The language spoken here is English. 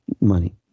money